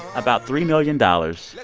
about three million dollars.